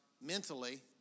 Mentally